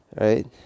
Right